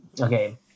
okay